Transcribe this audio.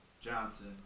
Johnson